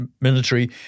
military